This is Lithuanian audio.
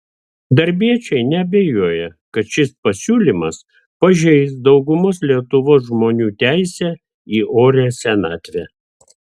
darbiečiai neabejoja kad šis pasiūlymas pažeis daugumos lietuvos žmonių teisę į orią senatvę